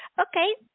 Okay